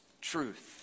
truth